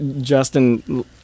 Justin